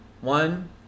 one